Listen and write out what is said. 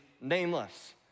nameless